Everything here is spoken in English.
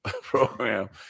program